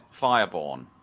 Fireborn